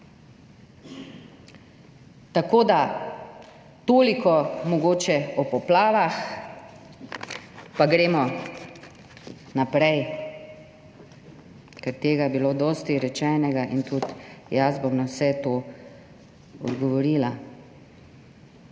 Tako da toliko mogoče o poplavah. Pa gremo naprej, ker je bilo dosti rečenega in jaz bom na vse to tudi odgovorila.